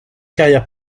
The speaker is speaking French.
carrières